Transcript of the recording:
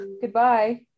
goodbye